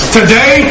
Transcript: Today